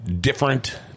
Different